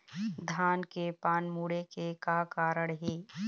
धान के पान मुड़े के कारण का हे?